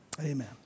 Amen